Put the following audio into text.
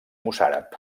mossàrab